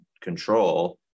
control